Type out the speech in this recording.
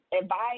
advice